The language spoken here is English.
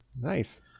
nice